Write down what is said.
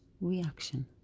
reaction